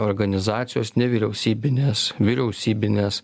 organizacijos nevyriausybinės vyriausybinės